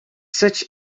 such